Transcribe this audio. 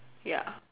ya